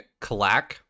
Kalak